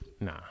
Nah